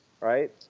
right